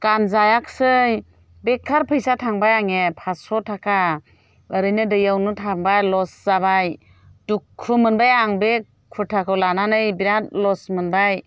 गानजायाखिसै बेखार फैसा थांबाय आंने फासस' थाखा ओरैनो दैआवनो थांबाय लस जाबाय दुखु मोनबाय आं बे खुरथाखौ लानानै बिराद लस मोनबाय